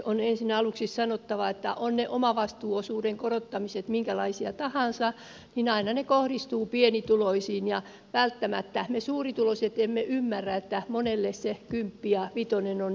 on ensin aluksi sanottava että ovat ne omavastuuosuuden korottamiset minkälaisia tahansa niin aina ne kohdistuvat pienituloisiin ja välttämättä me suurituloiset emme ymmärrä että monelle se kymppi ja vitonen on elintärkeä asia